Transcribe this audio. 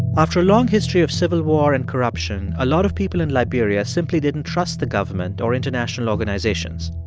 after a long history of civil war and corruption, a lot of people in liberia simply didn't trust the government or international organizations.